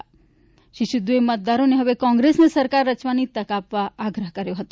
તેમણે મતદારોને હવે કોંગ્રેસને સરકાર રચવાની તક આપવા આગ્રહ કર્યો હતો